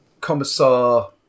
commissar